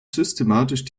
systematisch